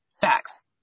Facts